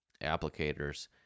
applicators